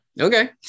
Okay